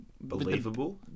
Believable